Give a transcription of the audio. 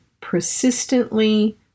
persistently